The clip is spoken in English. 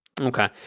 Okay